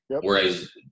Whereas